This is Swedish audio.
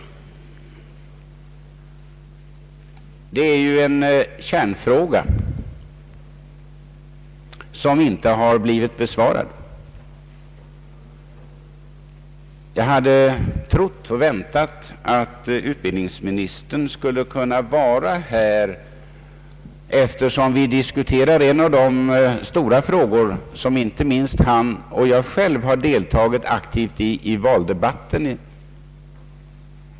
Det är en kärnfråga, som inte har blivit besvarad. Jag hade trott och väntat att utbild ningsministern skulle kunna vara här då vi diskuterar en av de stora frågor som inte minst han och jag själv engagerade oss mycket aktivt i under valrörelsen.